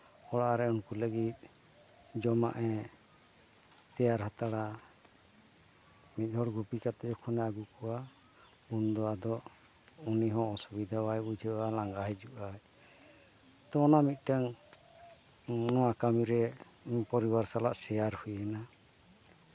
ᱚᱲᱟᱜ ᱨᱮ ᱩᱱᱠᱩ ᱞᱟᱹᱜᱤᱫ ᱡᱚᱢᱟᱜ ᱮ ᱛᱮᱭᱟᱨ ᱦᱟᱛᱟᱲᱟ ᱢᱤᱫ ᱦᱚᱲ ᱜᱩᱯᱤ ᱠᱟᱛᱮᱫ ᱠᱷᱚᱱᱮ ᱟᱹᱜᱩ ᱠᱚᱣᱟ ᱩᱱ ᱫᱚ ᱟᱫᱚ ᱩᱱᱤ ᱦᱚᱸ ᱚᱥᱩᱵᱤᱫᱷᱟ ᱵᱟᱭ ᱵᱩᱡᱟᱹᱣᱟ ᱞᱟᱸᱜᱟ ᱦᱤᱡᱩᱜ ᱟᱭ ᱛᱚ ᱚᱱᱟ ᱢᱤᱫᱴᱮᱱ ᱱᱚᱣᱟ ᱠᱟᱹᱢᱤ ᱨᱮ ᱯᱚᱨᱤᱵᱟᱨ ᱥᱟᱞᱟᱜ ᱥᱮᱭᱟᱨ ᱦᱩᱭᱱᱟ